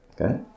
Okay